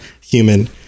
human